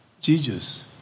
Jesus